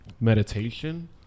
meditation